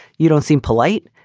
you don't seem polite.